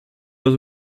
los